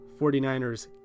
49ers